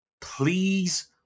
Please